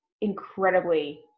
incredibly